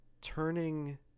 turning